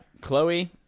chloe